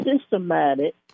systematic